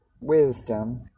wisdom